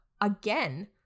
again